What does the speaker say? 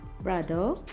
Brother